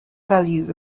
value